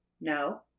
No